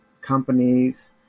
companies